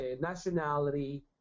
nationality